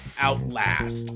outlast